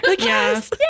yes